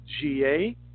GA